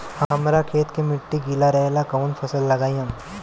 हमरा खेत के मिट्टी गीला रहेला कवन फसल लगाई हम?